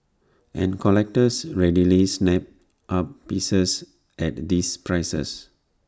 and collectors readily snap up pieces at these prices